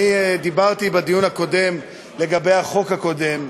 דיברתי בדיון הקודם לגבי החוק הקודם,